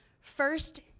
first